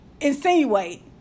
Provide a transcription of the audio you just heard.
insinuate